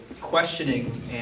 questioning